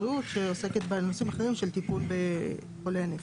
הבריאות שעוסקת בנושאים האחרים של טיפול בחולי נפש.